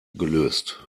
gelöst